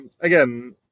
again